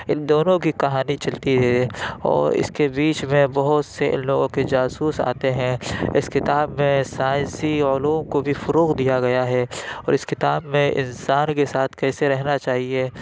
ان دونوں کی کہانی چلتی ہے اور اس کے بیچ میں بہت سے لوگوں کے جاسوس آتے ہیں اس کتاب میں سائنسی علوم کو بھی فروغ دیا گیا ہے اور اس کتاب میں انسان کے ساتھ کیسے رہنا چاہیے